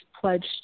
pledged